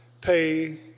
pay